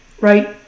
right